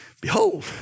Behold